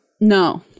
No